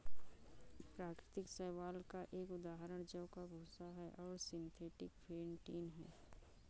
प्राकृतिक शैवाल का एक उदाहरण जौ का भूसा है और सिंथेटिक फेंटिन है